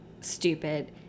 Stupid